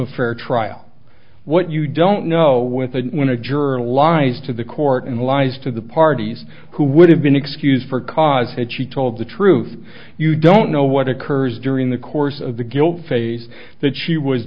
a fair trial what you don't know with and when a juror a law eyes to the court and lies to the parties who would have been excused for cause had she told the truth you don't know what occurs during the course of the guilt phase that she was